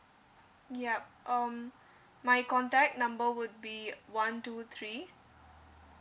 yup um my contact number would be one two three